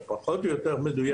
או פחות או יותר מדויק,